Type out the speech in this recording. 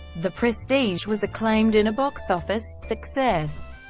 the prestige was acclaimed and a box-office success.